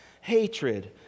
hatred